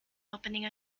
opening